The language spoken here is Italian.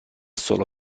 solo